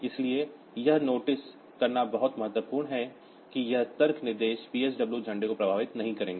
इसलिए यह नोटिस करना बहुत महत्वपूर्ण है कि ये तर्क निर्देश PSW झंडे को प्रभावित नहीं करेंगे